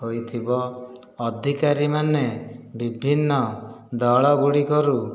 ହୋଇଥିବ ଅଧିକାରୀମାନେ ବିଭିନ୍ନ ଦଳଗୁଡ଼ିକରୁ